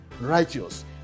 righteous